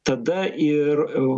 tada ir